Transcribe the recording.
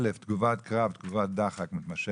א', תגובת קרב, תגובת דחק מתמשכת,